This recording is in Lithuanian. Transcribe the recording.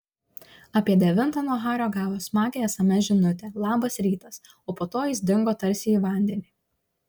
apie devintą nuo hario gavo smagią sms žinutę labas rytas o po to jis dingo tarsi į vandenį